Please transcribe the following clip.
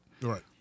Right